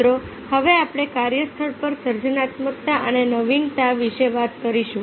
મિત્રો હવે આપણે કાર્યસ્થળ પર સર્જનાત્મકતા અને નવીનતા વિશે વાત કરીશું